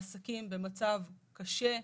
העסקים במצב קשה.